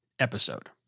episode